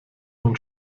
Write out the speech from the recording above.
man